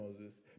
Moses